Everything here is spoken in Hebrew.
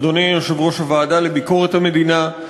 אדוני יושב-ראש הוועדה לביקורת המדינה,